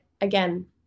again